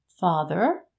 father